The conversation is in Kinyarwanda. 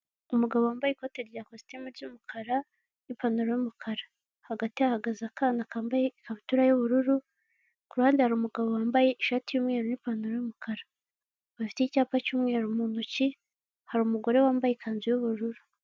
Umugabo wambaye ikoti rya kositimu ry'umukara, n'ipantaro y'umukara. Hagati hahagaze akana kambaye ikabutura y'ubururu, ku ruhande hari umugabo wambaye ishati y'umweru n'ipantaro y'umukara. Afite icyapa cy'umweru mu ntoki, hari umugore wambaye ikanzu y'ububuru.